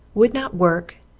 would not work,